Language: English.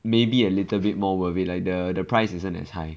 maybe a little bit more worth it like the the price isn't as high